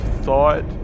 thought